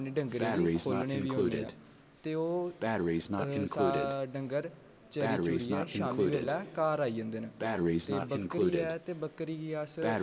अपने डंगरे दी खोह्लनै बी होने आं ते ओह् सारे डंगर चरी चुरियै शामीं बेल्लै घर आई जन्दे न ते बक्करी ऐ ते बक्करी गी अस